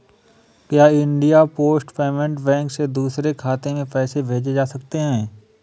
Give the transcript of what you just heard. क्या India post payment bank से दूसरे खाते में पैसे भेजे जा सकते हैं?